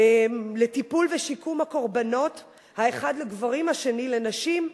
לטיפול ושיקום הקורבנות: האחד לגברים והשני לנשים.